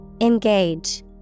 engage